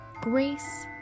grace